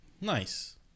nice